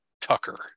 Tucker